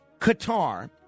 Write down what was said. Qatar